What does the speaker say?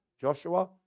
Joshua